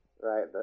right